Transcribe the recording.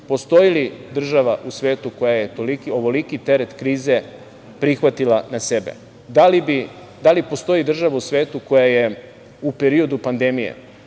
Postoji li država u svetu koja je ovoliki teret krize prihvatila na sebe? Da li postoji država u svetu koja je u periodu pandemije